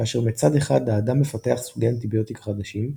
כאשר מצד אחד האדם מפתח סוגי אנטיביוטיקה חדשים,